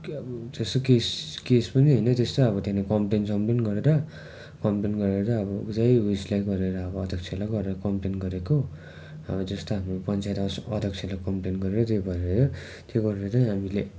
के अब जेसु केस केस पनि होइन त्यस्तै अब त्यहाँनिर कम्प्लेन सम्प्लेन गरेर कम्प्लेन गरेर अब पुरै उएसलाई गरेर अब अध्यक्षलाई गरेर कम्प्लेन गरेको अब जस्तो अब पन्चायत हाउस अध्यक्षलाई कम्प्लेन गरेर त्यो भनेर त्यो गरेर चाहिँ हामीले